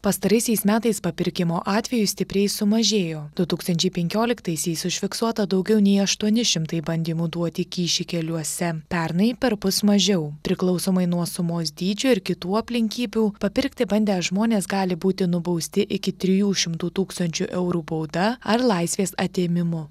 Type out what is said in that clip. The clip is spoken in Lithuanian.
pastaraisiais metais papirkimo atvejų stipriai sumažėjo du tūkstančiai penkioliktaisiais užfiksuota daugiau nei aštuoni šimtai bandymų duoti kyšį keliuose pernai perpus mažiau priklausomai nuo sumos dydžio ir kitų aplinkybių papirkti bandę žmonės gali būti nubausti iki trijų šimtų tūkstančių eurų bauda ar laisvės atėmimu